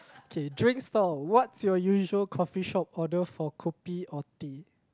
K drink stall what's your usual coffee shop order for kopi or tea